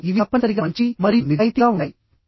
విషయాలు ఇవి తప్పనిసరిగా మంచివి మరియు నిజాయితీగా ఉంటాయి